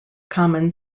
common